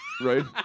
right